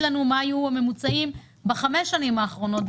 לנו מה היו הממוצעים בחמש שנים האחרונות,